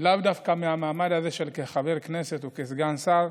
ולאו דווקא מהמעמד הזה כחבר כנסת או כסגן שר.